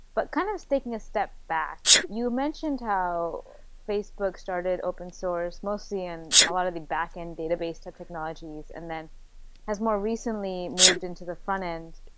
but kind of taking a step back, you mentioned how facebook started open-source mostly in a lot of the backend database technologies and then has more recently, moved into the frontend.